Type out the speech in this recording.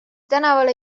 tänavale